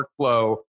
workflow